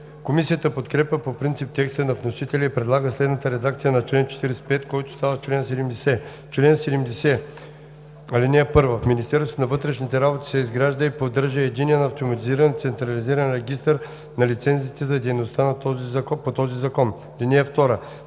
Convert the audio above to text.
Комисията подкрепя по принцип текста на вносителя и предлага следната редакция на чл. 45, който става чл. 70: „Чл. 70. (1) В Министерството на вътрешните работи се изгражда и поддържа Единен автоматизиран централизиран регистър на лицензите за дейностите по този закон. (2)